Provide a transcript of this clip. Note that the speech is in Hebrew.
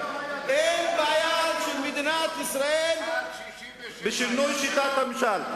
אין בעיה למדינת ישראל בשיטת הממשל.